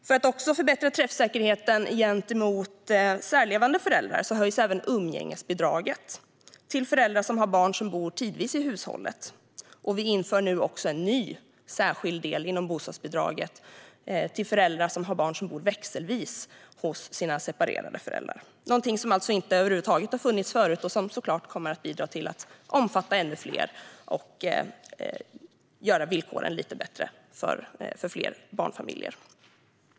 För att också förbättra träffsäkerheten gentemot särlevande föräldrar höjs även umgängesbidraget till föräldrar som har barn som bor tidvis i hushållet, och vi inför också en ny särskild del inom bostadsbidraget till föräldrar som har barn som bor växelvis hos sina separerade föräldrar. Det är någonting som över huvud taget inte har funnits förut och som såklart kommer att bidra till att ännu fler omfattas och villkoren blir lite bättre för fler barnfamiljer.